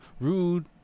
rude